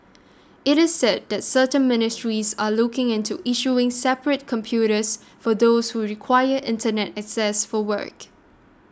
it is said that certain ministries are looking into issuing separate computers for those who require Internet access for work